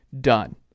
Done